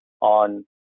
on